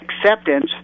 acceptance